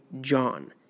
John